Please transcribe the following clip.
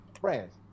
Friends